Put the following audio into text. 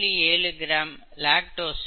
7 gram lactose 0